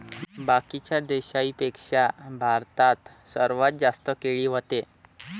बाकीच्या देशाइंपेक्षा भारतात सर्वात जास्त केळी व्हते